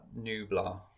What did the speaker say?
Nublar